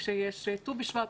כשיש ט"ו בשבט,